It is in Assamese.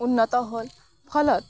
উন্নত হ'ল ফলত